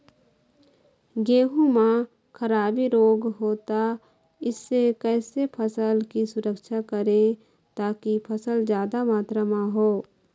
गेहूं म खराबी रोग होता इससे कैसे फसल की सुरक्षा करें ताकि फसल जादा मात्रा म हो?